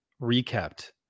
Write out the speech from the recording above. recapped